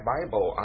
Bible